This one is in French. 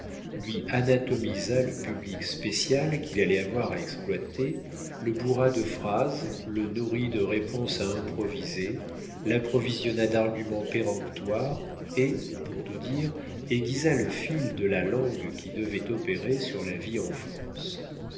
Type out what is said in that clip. lui anatomisa le public spécial qu'il allait avoir à exploiter le bourra de phrases le nourrit de réponses à improviser l'approvisionna d'arguments péremptoires et pour tout dire aiguisa le fil de la langue qui devait opérer sur la vie en france